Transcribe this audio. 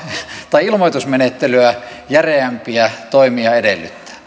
ilmoitusmenettelyä järeämpiä toimia edellyttää